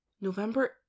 november